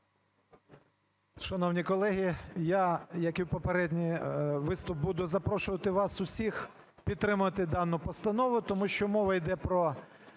Шановні колеги, я, як і попередній виступ, буду запрошувати вас усіх підтримати дану постанову. Тому що мова йде про